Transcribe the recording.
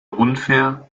unfair